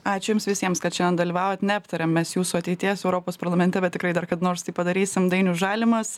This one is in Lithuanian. ačiū jums visiems kad šiandien dalyvavot neaptarėm mes jūsų ateities europos parlamente bet tikrai dar kada nors tai padarysim dainius žalimas